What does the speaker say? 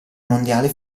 mondiale